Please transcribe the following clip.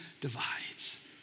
divides